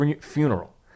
funeral